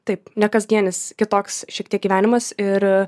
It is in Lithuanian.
taip nekasdienis kitoks šiek tiek gyvenimas ir